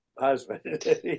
husband